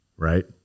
right